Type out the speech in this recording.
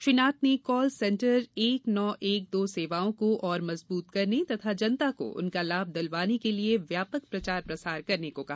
श्री नाथ ने call centre एक नौ एक दो सेवाओं को और मजबूत करने तथा जनता को उनका लाभ दिलवाने के लिये व्यापक प्रचार प्रसार करने को कहा